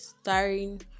starring